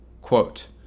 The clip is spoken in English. Quote